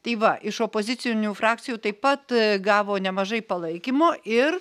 tai va iš opozicinių frakcijų taip pat gavo nemažai palaikymo ir